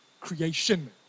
creation